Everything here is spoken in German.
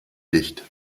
dicht